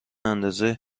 اندازه